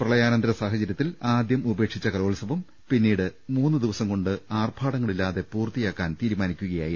പ്രളയാനന്തര സാഹ ചര്യത്തിൽ ആദ്യം ഉപേക്ഷിച്ച കലോത്സവം പിന്നീട് മൂന്നു ദിവസം കൊണ്ട് ആർഭാടങ്ങളില്ലാതെ പൂർത്തിയാക്കാൻ തീരുമാനിക്കുകയായിരുന്നു